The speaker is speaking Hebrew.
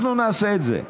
אנחנו נעשה את זה לאט-לאט,